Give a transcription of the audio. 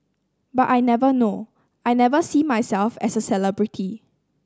but I never know I never see myself as a celebrity